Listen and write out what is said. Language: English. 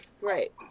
Right